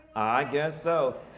i guess so.